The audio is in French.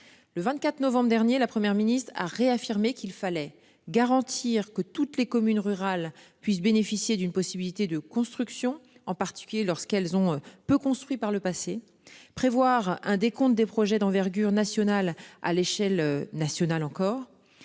Le 24 novembre dernier, la Première ministre a réaffirmé qu'il fallait garantir que toutes les communes rurales puissent bénéficier d'une possibilité de construction en particulier lorsqu'elles ont peu construit par le passé. Prévoir un décompte des projets d'envergure nationale à l'échelle nationale encore.